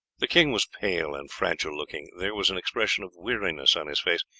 the king was pale and fragile-looking there was an expression of weariness on his face,